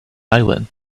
island